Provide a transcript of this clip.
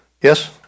Yes